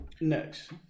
next